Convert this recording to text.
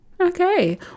okay